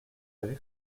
avez